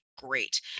great